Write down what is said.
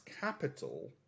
capital